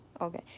Okay